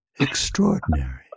extraordinary